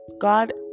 God